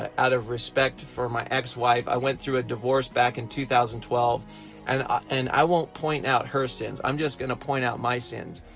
ah out of respect for my ex-wife, i went through a divorce back in two thousand and twelve and ah and i won't point out her sins. i'm just gonna point out my sins.